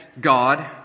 God